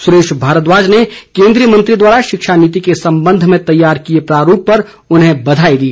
सुरेश भारद्वाज ने केन्द्रीय मंत्री द्वारा शिक्षा नीति के संबंध में तैयार किए प्रारूप पर उन्हें बधाई दी